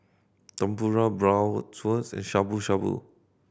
Tempura and Shabu Shabu